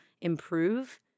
improve